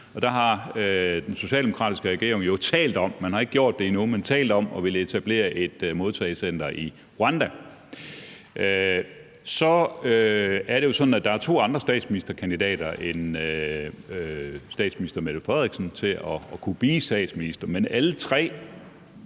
Der har den socialdemokratiske regering jo talt om – man har ikke gjort det endnu – at ville etablere et modtagecenter i Rwanda. Så er det sådan, at der er to andre statsministerkandidater end den nuværende statsminister til at kunne blive statsminister, men de